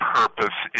purpose